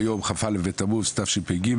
היום כ"א בתמוז תשפ"ג,